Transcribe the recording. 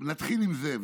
אז נתחיל עם זה,